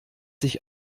sich